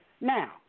now